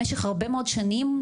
במשך הרבה מאוד שנים,